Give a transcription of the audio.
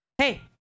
Hey